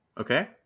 Okay